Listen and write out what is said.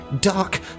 dark